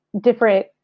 different